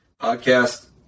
podcast